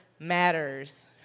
Matters